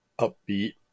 upbeat